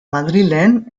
madrilen